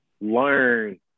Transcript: Learn